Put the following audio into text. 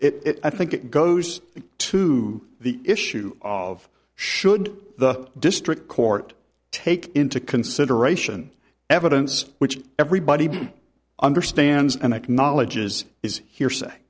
it i think it goes to the issue of should the district court take into consideration evidence which everybody understands and acknowledges is